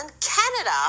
Canada